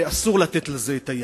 ואסור לתת לזה יד.